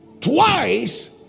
Twice